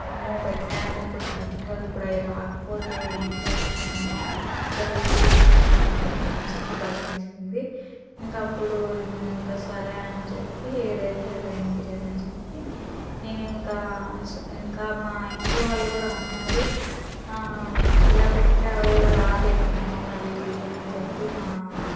అమ్మో పెట్టాను ఇప్పుడు సడన్గా ఇప్పుడు అయ్యి రాకపోతే ఏం చేస్తాను అంత రేట్ పెట్టి పెట్టాను కదా అని చెప్పి భయమేసింది ఇంకా అప్పుడు ఇంకా సరే అని చెప్పి ఏదైతే అది అయ్యిందిలే అని చెప్పి నేను ఇంకా స ఇంకా మా ఇంట్లో వాళ్ళు కూడా అన్నారు ఇలా పెట్టావు రాదేమో మళ్ళీ అని చెప్పి మా